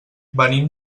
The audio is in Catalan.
venim